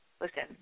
listen